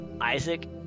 Isaac